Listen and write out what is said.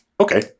Okay